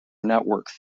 network